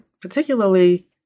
particularly